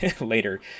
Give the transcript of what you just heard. later